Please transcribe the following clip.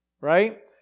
right